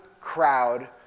crowd